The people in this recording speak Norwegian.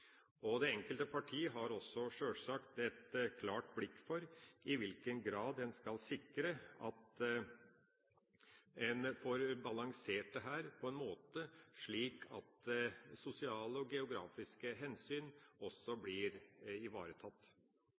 folkevalgte. Det enkelte parti har sjølsagt også et klart blikk for i hvilken grad en skal sikre at en får balansert dette, slik at sosiale og geografiske hensyn også blir ivaretatt.